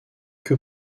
que